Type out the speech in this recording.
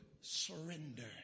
surrender